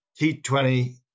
T20